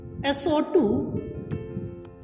SO2